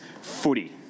footy